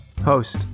Host